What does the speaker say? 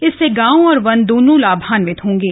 इससे गांव और वन दोनों लाभान्वित होंगे